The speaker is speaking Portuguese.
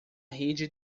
rede